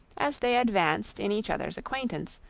as they advanced in each other's acquaintance,